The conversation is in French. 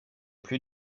plus